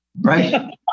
right